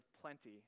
plenty